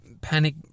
Panic